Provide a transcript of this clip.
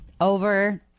over